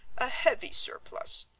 a heavy surplus.